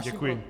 Děkuji.